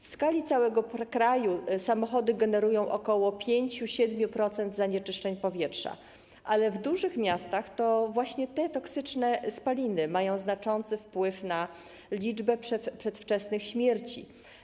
W skali całego kraju samochody generują ok. 5%, 7% zanieczyszczeń powietrza, ale w dużych miastach to właśnie te toksyczne spaliny mają znaczący wpływ na liczbę przedwczesnych śmierci.